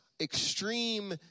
extreme